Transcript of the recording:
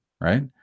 right